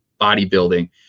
bodybuilding